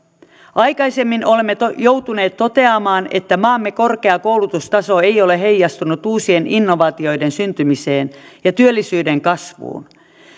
aikaisemmin olemme joutuneet toteamaan että maamme korkea koulutustaso ei ole heijastunut uusien innovaatioiden syntymiseen ja työllisyyden kasvuun